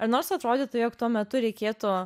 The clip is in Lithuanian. nors atrodytų jog tuo metu reikėtų